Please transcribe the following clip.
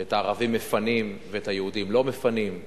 שאת הערבים מפנים ואת היהודים לא מפנים.